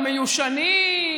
המיושנים.